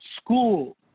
school